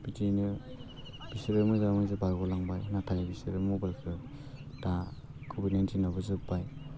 बिदियैनो बिसोरो मोजाङै मोजां बारग' लांबाय नाथाय बिसोरो मबाइलखो दा कभिड नाइन्टिनाबो जोब्बाय